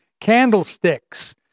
candlesticks